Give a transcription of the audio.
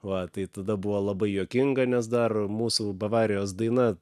va tai tada buvo labai juokinga nes dar mūsų bavarijos daina